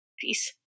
peace